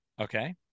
Okay